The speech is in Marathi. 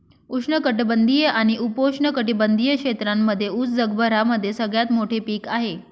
उष्ण कटिबंधीय आणि उपोष्ण कटिबंधीय क्षेत्रांमध्ये उस जगभरामध्ये सगळ्यात मोठे पीक आहे